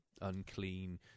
unclean